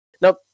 now